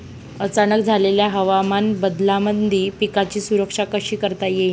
अचानक झालेल्या हवामान बदलामंदी पिकाची सुरक्षा कशी करता येईन?